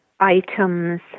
Items